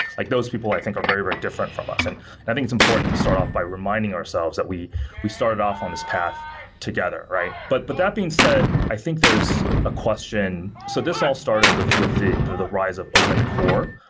like those people i think are very, very different from us. and and i think it's important to start off by reminding ourselves that we we started off on this path together. but but that being said, i think there's a question so this all started with with the the rise of open core,